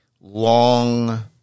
long